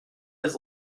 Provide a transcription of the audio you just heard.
his